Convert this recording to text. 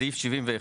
סעיף 71,